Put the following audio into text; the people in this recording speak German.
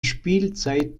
spielzeit